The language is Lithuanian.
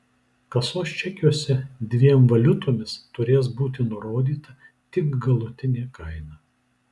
kasos čekiuose dviem valiutomis turės būti nurodyta tik galutinė kaina